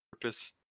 purpose